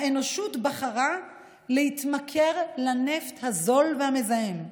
האנושות בחרה להתמכר לנפט הזול והמזהם.